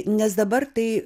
nes dabar tai